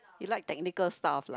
you like technical stuff lah